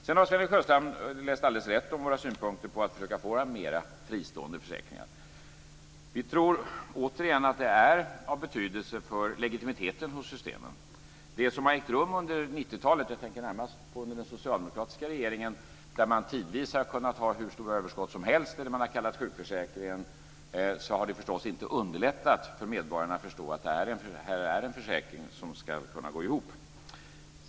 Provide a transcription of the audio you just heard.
Sven-Erik Sjöstrand har läst alldeles rätt om våra synpunkter på att försöka få mera fristående försäkringar. Vi tror återigen att det är av betydelse för legitimiteten hos systemen. Det som har ägt rum under 90-talet - jag tänker närmast på det som hände under den socialdemokratiska regeringen - är att man tidvis har kunnat ha hur stora överskott som helst i det man har kallat sjukförsäkringen. Det har förstås inte underlättat för medborgarna att förstå att det här är en försäkring som ska kunna gå ihop.